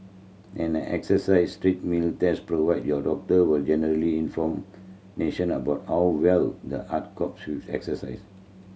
an exercise treadmill test provide your doctor with general information about how well the heart copes with exercise